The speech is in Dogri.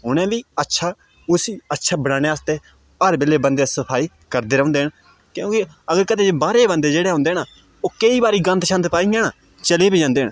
उ'नें बी अच्छा उसी अच्छा बनाने आस्तै हर बेल्लै बन्दे सफाई करदे रौह्न्दे न क्योंकि अगर कदें बाह्रे बन्दे जेह्ड़े औंदे न ओह् केईं बारी गंद शंद पाइयां चली बी जन्दे न